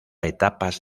etapas